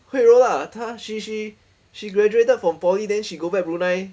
会 lah 她 she she she graduated from poly then she go back Brunei